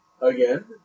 again